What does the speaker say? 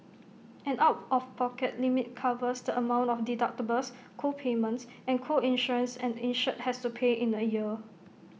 an out of pocket limit covers the amount of deductibles co payments and co insurance an insured has to pay in A year